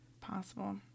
Possible